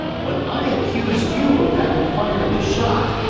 when i accused you of having fired the shot,